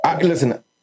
Listen